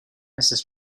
mrs